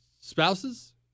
spouses